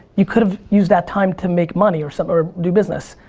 you could've used that time to make money, or some, or do business.